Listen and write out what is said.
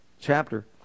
chapter